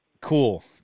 Cool